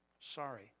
sorry